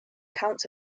counts